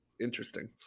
interesting